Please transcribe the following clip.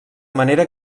manera